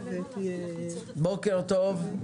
בוקר טוב.